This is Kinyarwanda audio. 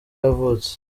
yavutse